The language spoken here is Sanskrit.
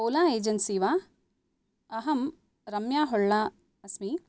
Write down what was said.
ओला एजन्सि वा अहं रम्या होळ्ळा अस्मि